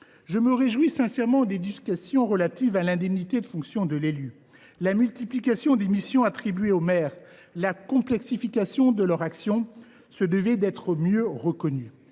Je me réjouis sincèrement des discussions relatives à l’indemnité de fonction de l’élu. La multiplication des missions attribuées aux maires et la complexification de leur action se devaient d’être mieux reconnues.